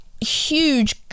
huge